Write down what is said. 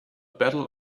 battle